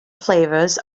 flavours